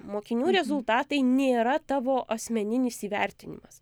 mokinių rezultatai nėra tavo asmeninis įvertinimas